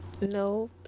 No